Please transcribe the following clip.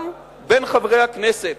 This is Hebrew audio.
גם בין חברי הכנסת.